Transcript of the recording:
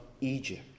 Egypt